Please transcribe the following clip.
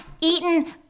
eaten